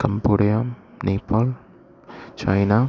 Cambodia Nepal China